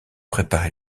préparé